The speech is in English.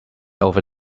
over